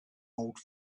old